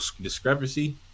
discrepancy